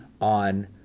on